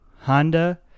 honda